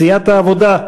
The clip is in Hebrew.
סיעת העבודה,